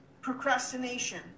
procrastination